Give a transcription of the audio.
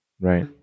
Right